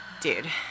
dude